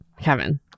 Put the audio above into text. Kevin